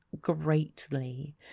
greatly